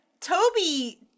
Toby